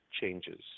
changes